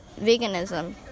veganism